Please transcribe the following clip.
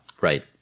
Right